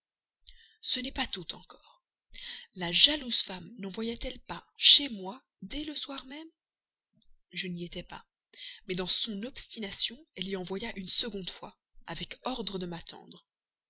ce n'est pas tout encore la jalouse femme nenvoya t elle pas chez moi dès le soir même je n'y étais pas mais dans son obstination elle y renvoya avec ordre de m'attendre